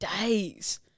days